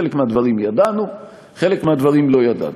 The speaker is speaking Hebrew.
חלק מהדברים ידענו, חלק מהדברים לא ידענו.